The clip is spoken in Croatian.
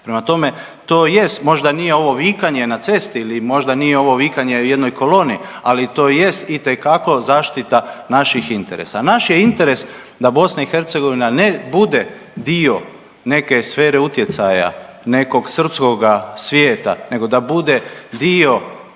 Prema tome to jest, možda nije ovo vikanje na cesti ili možda nije ovo vikanje u jednoj koloni, ali to jest itekako zaštita naših interesa. Naš je interes da BiH ne bude dio neke sfere utjecaja nekog srpskoga svijeta nego da bude dio